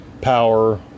power